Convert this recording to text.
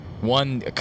one